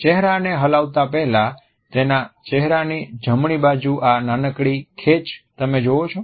ચહેરાને હલાવતા પહેલા તેના ચહેરાની જમણી બાજુ આ નાનકડી ખેંચ તમે જોવો છો